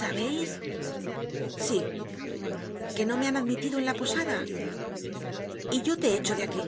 sabeis sí que no me han admitido en la posada y yo te echo de aquí